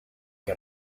que